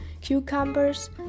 cucumbers